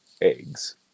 eggs